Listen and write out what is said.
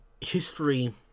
history